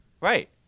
Right